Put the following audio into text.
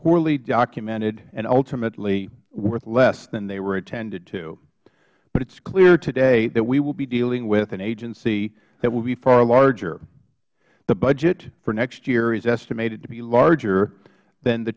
poorly documented and ultimately worth less than they were intended to but it is clear today that we will be dealing with an agency that will be far larger the budget for next year is estimated to be larger than the